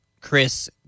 Chris